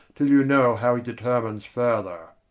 till you know how he determines further